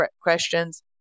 questions